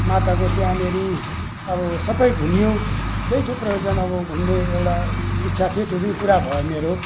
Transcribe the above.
माताको त्यहाँनिर अब सबै घुमियो त्यही थियो प्रयोजन अब घुम्ने एउटा इच्छा थियो त्यो पनि पुरा भयो मेरो